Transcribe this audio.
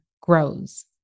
grows